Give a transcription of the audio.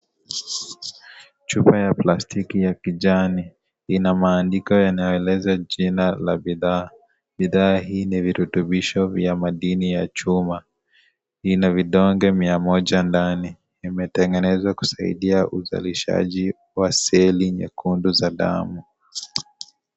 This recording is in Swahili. Chupa ya plastiki ya kijani ina maandiko yanayoeleza jina la bidhaa, bidhaa hii ni virutubisho vya madini ya chuma, ina vidonge mia moja ndani. Imetengenezwa kusaidia uzalishaji wa seli nyekundu za damu.